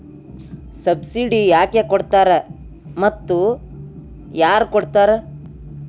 Subsidy ಯಾಕೆ ಕೊಡ್ತಾರ ಮತ್ತು ಯಾರ್ ಕೊಡ್ತಾರ್?